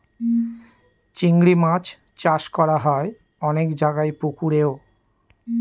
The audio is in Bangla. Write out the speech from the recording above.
চিংড়ি মাছ চাষ করা হয় অনেক জায়গায় পুকুরেও